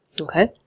Okay